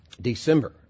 December